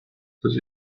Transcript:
this